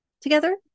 together